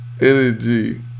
Energy